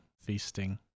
feasting